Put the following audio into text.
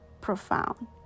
profound